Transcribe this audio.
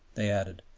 they added,